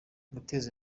guteza